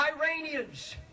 Iranians